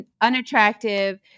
unattractive